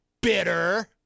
bitter